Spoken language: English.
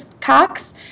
Cox